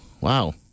Wow